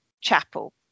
chapel